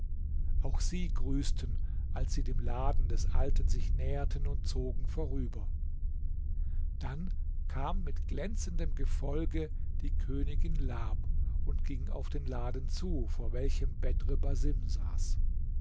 auch sie grüßten als sie dem laden des alten sich näherten und zogen vorüber dann kam mit glänzendem gefolge die königin lab und ging auf den laden zu vor welchem bedr